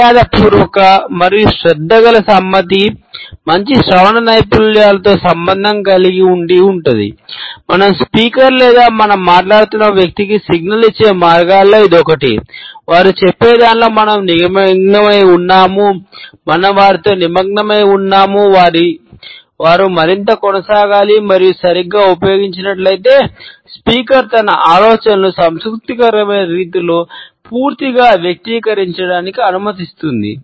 మర్యాదపూర్వక మరియు శ్రద్ధగల సమ్మతి మంచి శ్రవణ నైపుణ్యాలతో తన ఆలోచనలను సంతృప్తికరమైన రీతిలో పూర్తిగా వ్యక్తీకరించడానికి అనుమతిస్తుంది